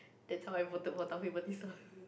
that's how I voted for Taufik-Batisah